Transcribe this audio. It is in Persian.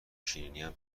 شیرینیم